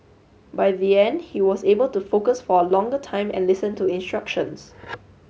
by the end he was able to focus for a longer time and listen to instructions